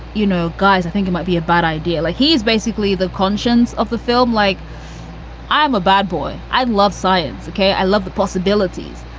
you know. guys, i think he might be a bad idea. like he is basically the conscience of the film. like i'm a bad boy. i love science. okay. i love the possibilities.